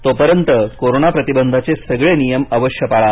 तोपर्यंत कोरोना प्रतिबंधाचे सगळे नियम अवश्य पाळा